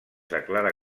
declare